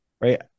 right